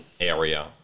area